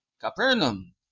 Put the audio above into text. Capernaum